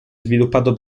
sviluppato